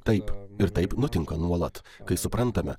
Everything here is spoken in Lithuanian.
taip ir taip nutinka nuolat kai suprantame